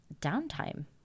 downtime